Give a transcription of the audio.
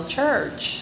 Church